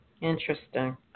Interesting